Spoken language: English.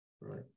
right